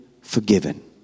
forgiven